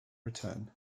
return